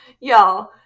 y'all